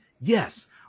Yes